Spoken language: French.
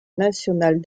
nationale